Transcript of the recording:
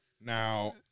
Now-